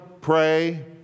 pray